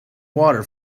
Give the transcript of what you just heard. water